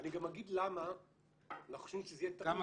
אני גם אגיד למה אנחנו חושבים שזו תהיה טעות --- כמה